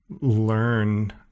learn